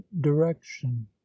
direction